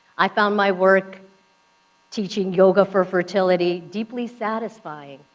i found my work teaching yoga for fertility deeply satisfying,